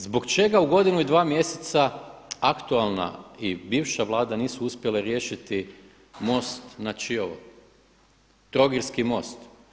Zbog čega u godinu i dva mjeseca aktualna i bivša vlada nisu uspjele riješiti most na Čiovu, Trogirski most?